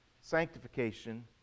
sanctification